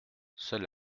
seule